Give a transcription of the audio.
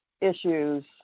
issues